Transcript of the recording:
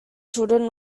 children